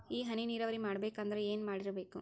ಈ ಹನಿ ನೀರಾವರಿ ಮಾಡಬೇಕು ಅಂದ್ರ ಏನ್ ಮಾಡಿರಬೇಕು?